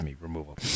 removal